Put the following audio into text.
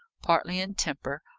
partly in temper,